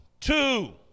Two